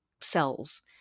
cells